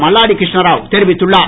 மல்லாடி கிருஷ்ணாராவ் தெரிவித்துள்ளார்